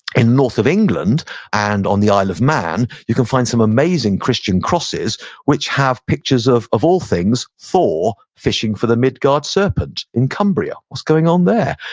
in north of england and on the isle of man, you can find some amazing christian crosses which have pictures of, of all things, thor fishing for the midgard serpent in cumbria. what's going on there?